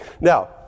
Now